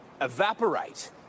evaporate